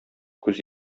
күз